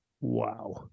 Wow